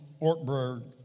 Ortberg